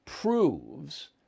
proves